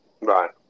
right